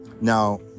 Now